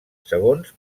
segons